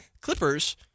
Clippers